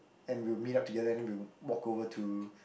and we'll meet up together and then we will walk over to